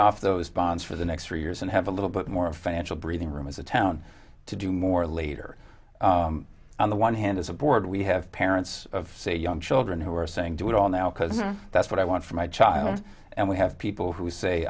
off those bonds for the next three years and have a little bit more financial breathing room as a town to do more later on the one hand as a board we have parents of say young children who are saying do it all now because that's what i want for my child and we have people who say